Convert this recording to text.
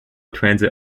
transit